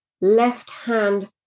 left-hand